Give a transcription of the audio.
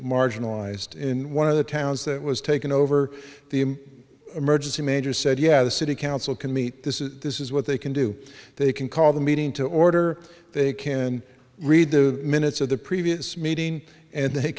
marginalized in one of the towns that was taken over the emergency major said yeah the city council can meet this is this is what they can do they can call the meeting to order they can read the minutes of the previous meeting and they